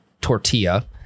Tortilla